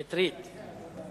שטרית.